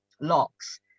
locks